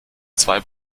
zwei